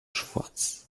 schwartz